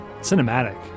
cinematic